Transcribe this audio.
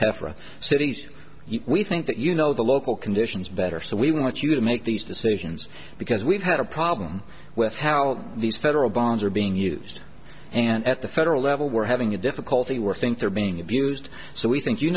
cities we think that you know the local conditions better so we want you to make these decisions because we've had a problem with how these federal bonds are being used and at the federal level we're having a difficulty we're think they're being abused so we think you